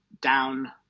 down